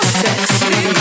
sexy